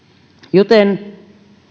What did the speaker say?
joten